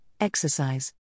exercise